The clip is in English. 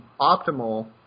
optimal